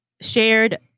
shared